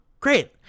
Great